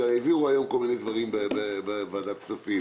העבירו היום כל מיני דברים בוועדת כספים.